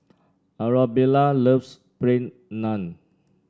Arabella loves Plain Naan